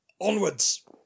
Onwards